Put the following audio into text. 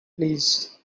please